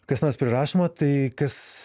kas nors prirašoma tai kas